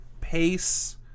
pace